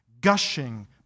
gushing